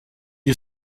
you